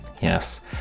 yes